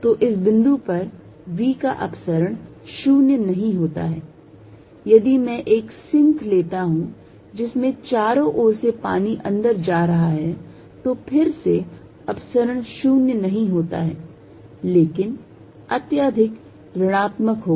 तो इस बिंदु पर v का अपसरण 0 नहीं होता है यदि मैं एक सिंक लेता हूं जिसमें चारों ओर से पानी अंदर जा रहा है तो फिर से अपसरण 0 नहीं होता है लेकिन अत्यधिक ऋणात्मक होगा